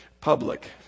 public